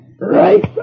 Right